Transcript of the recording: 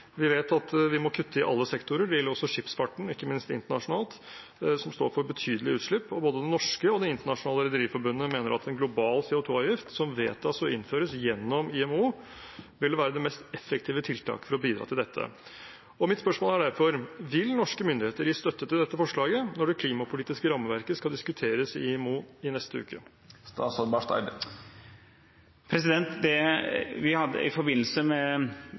Vi vet at vi må kutte i alle sektorer. Det gjelder også skipsfarten, ikke minst internasjonalt, som står for betydelige utslipp. Både Norges Rederiforbund og de internasjonale rederiforbundene mener at en global CO 2 -avgift som vedtas innført gjennom IMO, ville være det mest effektive tiltaket for å bidra til dette. Mitt spørsmål er derfor: Vil norske myndigheter gi støtte til dette forslaget når det klimapolitiske rammeverket skal diskuteres i IMO i neste uke? I forbindelse med klimatoppmøtet hadde vi en rekke møter. Jeg hadde en rekke møter med